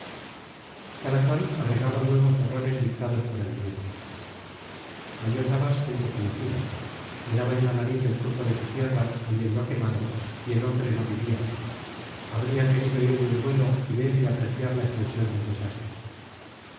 cada cual agregaba nuevos horrores dictados por el miedo halló sabas gente conocida le daba en la nariz el tufo de su tierra oliendo a quemado y el hombre no vivía habría querido ir de un vuelo y ver y apreciar la extensión del desastre